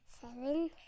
seven